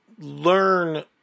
learn